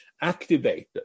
activated